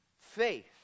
faith